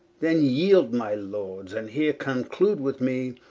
then yeeld my lords, and heere conclude with mee,